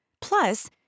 Plus